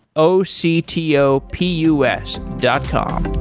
o c t o p u s dot com